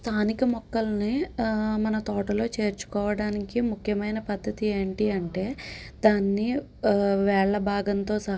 స్థానిక మొక్కలని మన తోటలో చేర్చుకోవడానికి ముఖ్యమైన పద్ధతి ఏంటి అంటే దాన్ని వేళ్ళ భాగంతో సహా